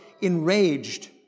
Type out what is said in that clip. enraged